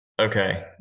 Okay